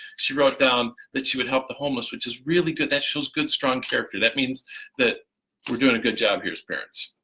she wrote down that she would help the homeless, which is really good. that shows good strong character. that means that we're doing a good job here as parents.